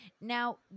Now